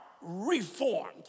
reformed